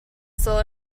still